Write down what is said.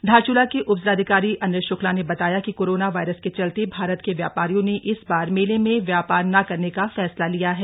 धारचूला के उपजिलाधिकारी अनिल शुक्ला ने बताया कि कोराना वायरस के चलते भारत के व्यापारियों ने इस बार मेले में व्यापार न करने का फैसला लिया था